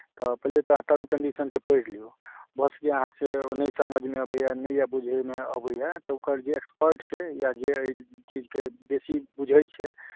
तऽ पहिले तऽ अहाँ टर्म कंडीशनकेँ पढ़ि लिअ भऽ सकैए अहाँसँ ओ नहि समझमे अबैए नहि यए बूझयमे अबैए तऽ ओकर जे एक्सपर्ट छै या जे अइ चीजके बेसी बुझैत छै